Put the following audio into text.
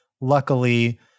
luckily